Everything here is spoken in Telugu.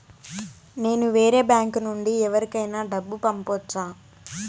నేను వేరే బ్యాంకు నుండి ఎవరికైనా డబ్బు పంపొచ్చా?